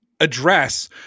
Address